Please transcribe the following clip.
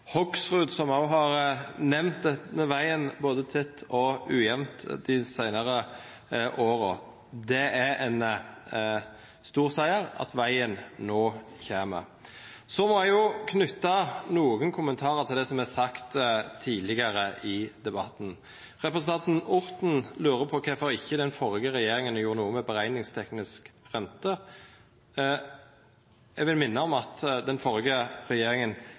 Hoksrud som òg har nemnt vegen både tidt og ujamt dei seinare åra. Det er ein stor siger at vegen no kjem. Så må eg knyta nokre kommentarar til det som er sagt tidlegare i debatten. Representanten Orten lurer på kvifor den førre regjeringa ikkje gjorde noko med berekningsteknisk rente. Eg vil minna om at den førre regjeringa